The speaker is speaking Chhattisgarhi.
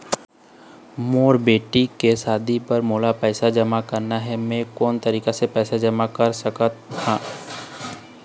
मोर बेटी के शादी बर मोला पैसा जमा करना हे, म मैं कोन तरीका से पैसा जमा कर सकत ह?